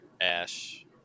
Ash